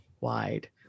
wide